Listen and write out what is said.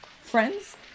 friends